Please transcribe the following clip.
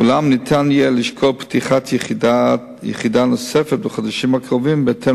אולם ניתן יהיה לשקול פתיחת יחידה נוספת בחודשים הקרובים בהתאם